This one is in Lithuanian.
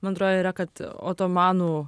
man atrodo yra kad otomanų